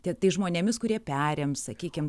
tie tais žmonėmis kurie perims sakykim